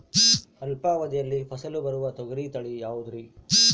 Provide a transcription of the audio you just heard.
ಅಲ್ಪಾವಧಿಯಲ್ಲಿ ಫಸಲು ಬರುವ ತೊಗರಿ ತಳಿ ಯಾವುದುರಿ?